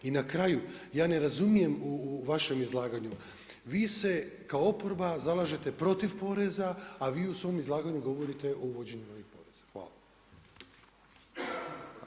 I na kraju ja ne razumijem u vašem izlaganju vi se kao oporba zalažete protiv poreza, a vi u svom izlaganju govorite o uvođenju novih poreza.